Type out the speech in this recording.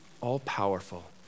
all-powerful